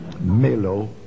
Melo